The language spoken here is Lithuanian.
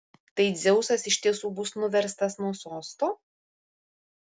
tai dzeusas iš tiesų bus nuverstas nuo sosto